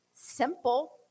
simple